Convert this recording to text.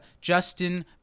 Justin